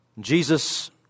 Jesus